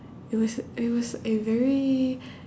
it was it was a very